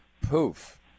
poof